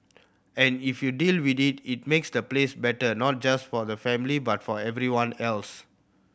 and if you deal with it it makes the place better not just for the family but for everyone else